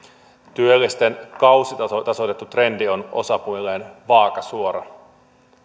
työllisten kausitasoitettu trendi on osapuilleen vaakasuora